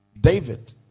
David